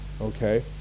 Okay